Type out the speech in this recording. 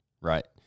right